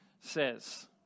says